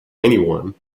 anyone